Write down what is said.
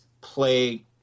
play